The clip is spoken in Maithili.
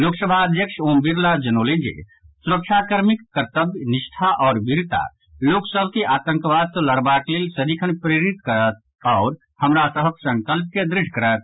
लोकसभा अध्यक्ष ओम बिरला जनौलनि जे सुरक्षा कर्मीक कर्तव्य निष्ठा आओर वीरता लोक सभ के आतंकवाद सँ लड़बाक लेल सदिखन प्रेरित करत आओर हमरा सभक संकल्प के दृढ़ करत